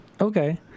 Okay